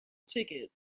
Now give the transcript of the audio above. ticket